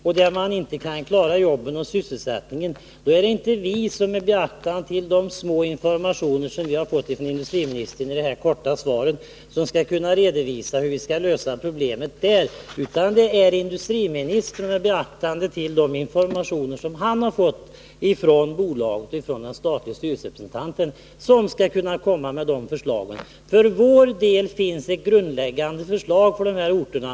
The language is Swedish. Sysselsättningen kan inte klaras. Då är det inte vi, med de obetydliga informationer som vi har fått av industriministern i det korta svaret, som skall kunna redovisa hur problemen bör lösas. Det är industriministerns uppgift att göra detta på basis av de informationer som han har fått av bolaget och av den statliga styrelserepresentanten. Vi har för vår del lagt fram ett grundläggande förslag när det gäller de här orterna.